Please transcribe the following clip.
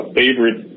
favorite